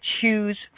choose